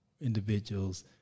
individuals